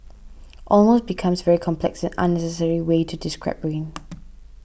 almost becomes very complex and unnecessary way to describe rain